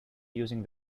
using